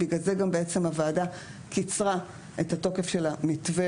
בגלל זה גם בעצם הוועדה קיצרה את התוקף של המתווה